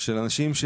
של אנשים,